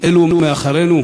אלו מאחורינו,